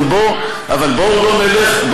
אבל בואו לא נלך,